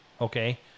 Okay